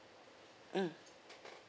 mm